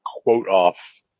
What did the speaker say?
quote-off